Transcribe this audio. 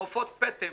עופות פטם